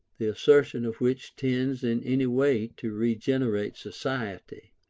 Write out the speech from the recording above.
the assertion of which tends in any way to regenerate society.